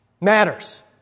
matters